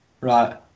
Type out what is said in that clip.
Right